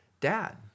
dad